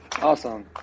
awesome